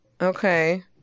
Okay